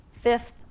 Fifth